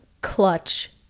clutch